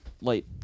late